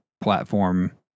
platform